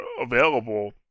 available